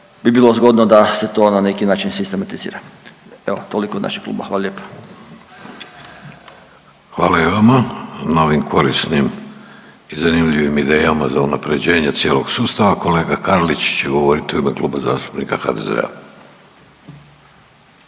bi bilo zgodno da se to na neki način sistematizira. Evo, toliko od našeg kluba, hvala lijepa. **Vidović, Davorko (Socijaldemokrati)** Hvala i vama na ovim korisnim i zanimljivim idejama za unapređenje cijelog sustava. Kolega Karlić će govorili u ime Kluba zastupnika HDZ-a.